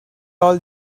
all